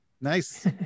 Nice